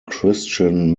christian